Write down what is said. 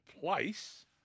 place